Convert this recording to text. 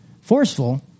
forceful